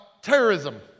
terrorism